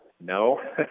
no